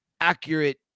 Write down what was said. accurate